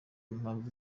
impamvu